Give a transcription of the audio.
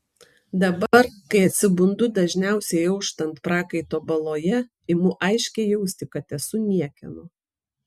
dabar kai atsibundu dažniausiai auštant prakaito baloje imu aiškiai jausti kad esu niekieno